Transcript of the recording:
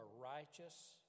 righteous